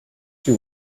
she